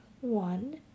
One